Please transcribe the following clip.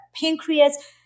pancreas